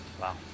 Wow